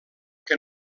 que